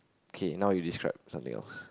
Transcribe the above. okay now you describe something else